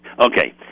Okay